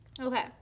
Okay